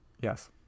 yes